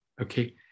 okay